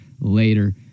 later